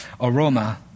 aroma